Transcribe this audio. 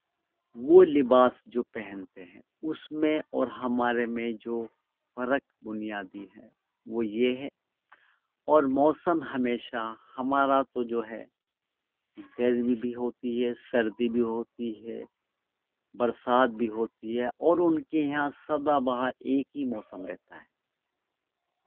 وہ لباس جو پہنتے ہیں اس میں اور ہمارے میں جو فرق بنیادی ہے وہ یہ ہے اور موسم ہمیشہ ہمارا تو جو ہے گرمی بھی ہوتی ہے سردی بھی ہوتی ہے برسات بھی ہوتی ہے اور ان کے یہاں سدا بہار ایک ہی موسم رہتا ہے